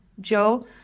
Joe